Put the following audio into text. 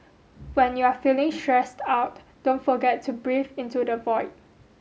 when you are feeling stressed out don't forget to breathe into the void